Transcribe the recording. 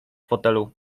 fotelu